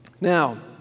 Now